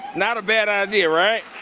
not a bad idea, right?